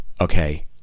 Okay